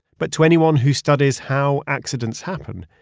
but to anyone who studies how accidents happen.